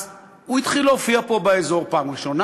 אז הוא התחיל להופיע פה באזור פעם ראשונה,